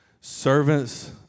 servants